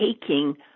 taking